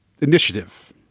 initiative